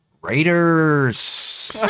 Raiders